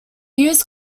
used